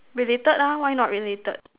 related lah why not related